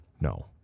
No